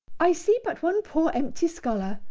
i see but one poor empty sculler,